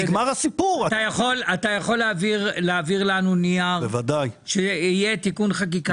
אתה יכול להעביר לנו נייר שיהיה תיקון חקיקה?